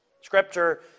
Scripture